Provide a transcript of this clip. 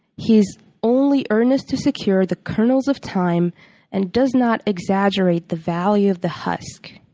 he is only earnest to secure the kernels of time and does not exaggerate the value of the husk.